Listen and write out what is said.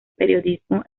periodismo